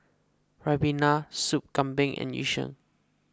Ribena Sup Kambing and Yu Sheng